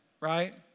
right